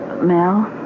Mel